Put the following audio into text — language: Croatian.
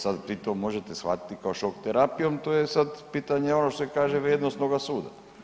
Sad vi to možete shvatiti kao šok terapijom to je sad pitanje ono što se kaže vrijednosnoga suda.